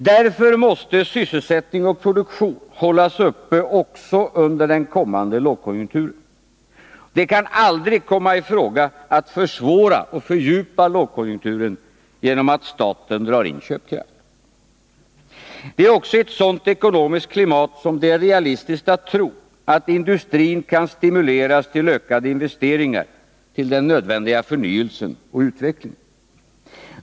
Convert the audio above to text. Därför måste sysselsättning och produktion hållas uppe också under den kommande lågkonjunkturen. Det kan i varje fall aldrig komma i fråga att försvåra och fördjupa lågkonjunkturen genom att staten drar in köpkraft från människorna. Det är också i detta ekonomiska klimat som det är realistiskt att tro att industrin kan stimuleras till ökade investeringar, till den nödvändiga förnyelsen och utvecklingen.